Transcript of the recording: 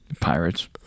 Pirates